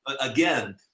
again